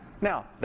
Now